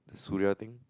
Suria thing